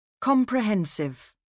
Comprehensive